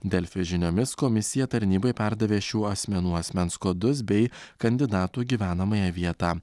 delfi žiniomis komisija tarnybai perdavė šių asmenų asmens kodus bei kandidatų gyvenamąją vietą